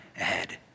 ahead